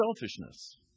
selfishness